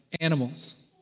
animals